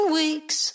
weeks